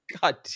God